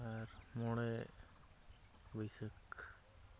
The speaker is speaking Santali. ᱟᱨ ᱢᱚᱬᱮ ᱵᱟᱹᱭᱥᱟᱹᱠᱷ